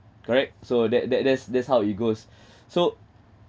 correct so that that that's that's how it goes so